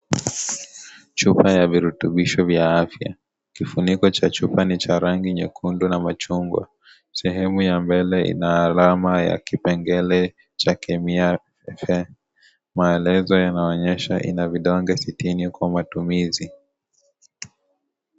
Chupa cha viritubisho vya afya, kifuniko cha chupa NI cha rangi nyekundu na machungwa . Sehemu ya mbele ina alama ya kipengelecha kemia . Maelezo inaonyeshwa ina vidonge sitini Kwa matumizi.